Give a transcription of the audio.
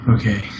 Okay